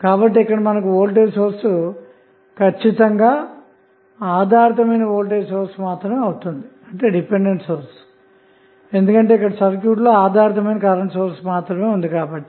కాబట్టి ఇక్కడ మనకు లభించిన వోల్టేజ్ సోర్స్ ఖచ్చితంగా ఆధారితంగా వోల్టేజ్ సోర్స్ మాత్రమే అవుతుంది ఎందుకంటే ఇక్కడ సర్క్యూట్ లో ఆధారిత కరెంటు సోర్స్ ఉంది కాబట్టి